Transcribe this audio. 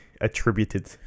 attributed